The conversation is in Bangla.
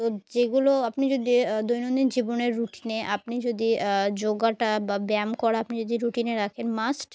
তো যেগুলো আপনি যদি দৈনন্দিন জীবনের রুটিনে আপনি যদি যোগাটা বা ব্যায়াম করা আপনি যদি রুটিনে রাখেন মাস্ট